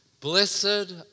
Blessed